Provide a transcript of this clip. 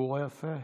והסיפור היפה.